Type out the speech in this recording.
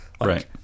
right